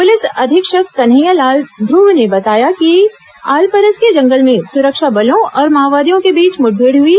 police अधीक्षक कन्हैयालाल ध्रुव ने बताया कि आलपरस के जंगल में सुरक्षा बलों और माओवादियों के बीच मुठभेड़ हुई